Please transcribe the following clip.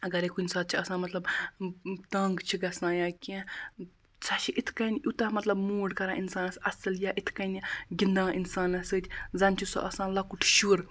اگرَے کُنہِ ساتہٕ چھِ آسان مطلب تَنٛگ چھِ گَژھان یا کینہہ سۄ چھِ یِتھ کٔنۍ یوٗتاہ مطلب موٗڈ کَران اِنسانَس اَصٕل یا یِتھ کٔنۍ گِندان اِنسانَس سۭتۍ زَنہٕ چھُ سُہ آسان لۄکُٹ شُر